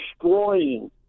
destroying